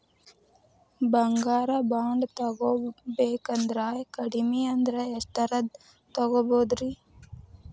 ಬಂಗಾರ ಬಾಂಡ್ ತೊಗೋಬೇಕಂದ್ರ ಕಡಮಿ ಅಂದ್ರ ಎಷ್ಟರದ್ ತೊಗೊಬೋದ್ರಿ?